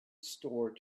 store